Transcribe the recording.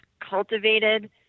cultivated